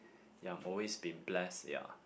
ya I'm always been blessed ya